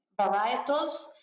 varietals